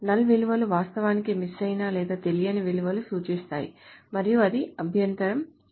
null విలువలు వాస్తవానికి miss అయిన లేదా తెలియని విలువలను సూచిస్తాయి మరియు అది అర్ధవంతం కాదు